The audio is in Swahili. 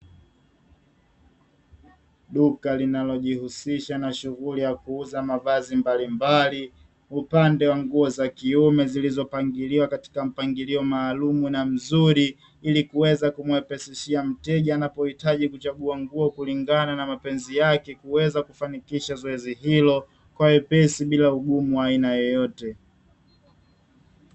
Duka linalojihusisha na shughuli ya kuuza mavazi mbalimbali, upande wa nguo za kiume zilizopangiliwa katika mpangilio maalumu na mzuri, ili kumwepusha mteja anapohitaji kuchagua nguo kulingana na mapenzi yake, kuweza kufanikisha zoezi hilo kwa wepesi bila ugumu wa aina yoyote.